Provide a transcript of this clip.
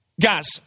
Guys